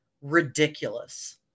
ridiculous